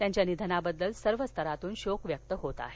त्यांच्या निधनाबद्दल सर्व स्तरातून शोक व्यक्त होतं आहे